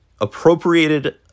appropriated